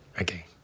okay